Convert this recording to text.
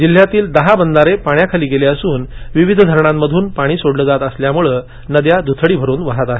जिल्ह्यातील दहा बंधारे पाण्याखाली गेले असून विविध धरणामधून पाणी सोडलं जात असल्यामुळं नद्या दुथडी भरून वाहत आहेत